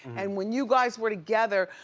and when you guys were together,